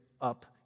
up